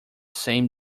same